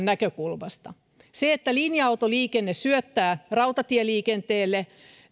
näkökulmasta se että linja autoliikenne syöttää rautatieliikenteelle ja